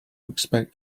expect